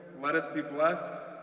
let us be blessed,